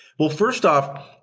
well, first off,